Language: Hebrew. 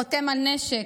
// חותם על נשק,